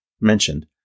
mentioned